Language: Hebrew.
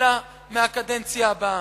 אלא מהקדנציה הבאה.